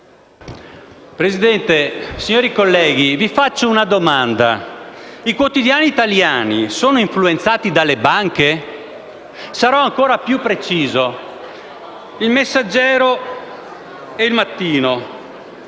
Presidente, colleghi, vi rivolgo una domanda. I quotidiani italiani sono influenzati dalle banche? Sarò ancora più preciso. «Il Messaggero» e «Il Mattino»,